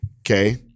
okay